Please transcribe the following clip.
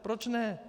Proč ne.